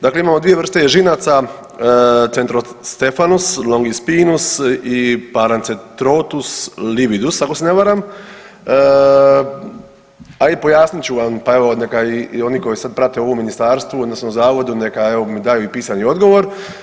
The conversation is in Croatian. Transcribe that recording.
Dakle, imamo dvije vrste ježinaca Centrostephanus longispinus i Paracentrotus lividus ako se ne varam, a i pojasnit ću vam pa evo neka i oni koji sad prate ovo u ministarstvu odnosno zavodu neka evo mi daju i pisani odgovor.